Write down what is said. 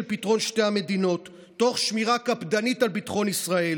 פתרון שתי המדינות תוך שמירה קפדנית של ביטחון ישראל.